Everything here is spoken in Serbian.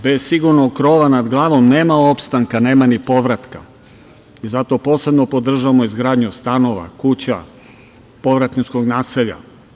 Bez sigurnog krova nad glavom nema opstanka, nema ni povratka i zato posebno podržavamo izgradnju stanova, kuća, povratničkog naselja.